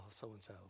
so-and-so